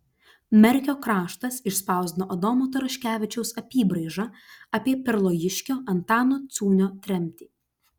merkio kraštas išspausdino adomo taraškevičiaus apybraižą apie perlojiškio antano ciūnio tremtį